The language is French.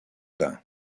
peint